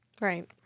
Right